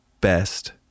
best